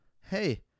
hey